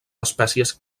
espècies